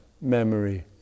memory